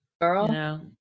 Girl